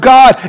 God